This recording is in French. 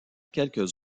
quelque